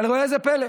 אבל ראה זה פלא,